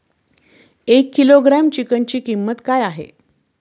एक किलोग्रॅम चिकनची किंमत काय आहे?